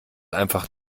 einfach